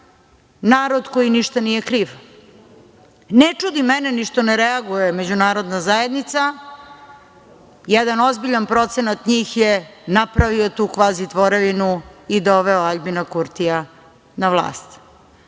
narod koji ništa nije kriv. Ne čudi mene što ne reaguje ni međunarodna zajednica, jedan ozbiljan procenat njih je napravio tu kvazi tvorevinu i doveo Aljbina Kurtija na vlast.